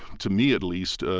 to me at least,